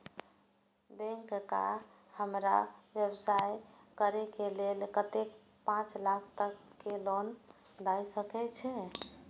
Bank का हमरा व्यवसाय करें के लेल कतेक पाँच लाख तक के लोन दाय सके छे?